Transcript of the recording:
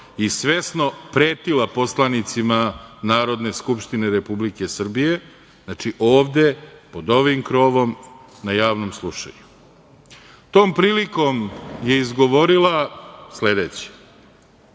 i svesno pretila poslanicima Narodne skupštine Republike Srbije, znači, ovde, pod ovim krovom, na javnom slušanju. Tom prilikom je izgovorila sledeće